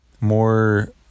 more